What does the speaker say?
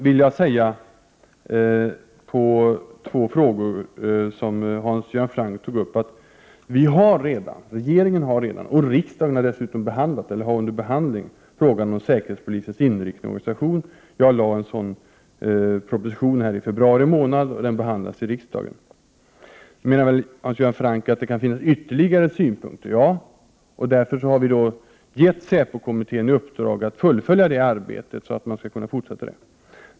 Med anledning av två frågor som Hans Göran Franck ställde vill jag säga att jag i februari månad lade fram en proposition om säpos inriktning och organisation som nu behandlas i riksdagen. Hans Göran Franck menade att det kan finnas ytterligare synpunkter. Ja, och därför har säpokommittén i uppdrag att fortsätta sitt arbete.